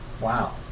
Wow